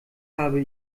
habe